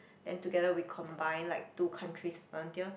then together we combine like two countries volunteer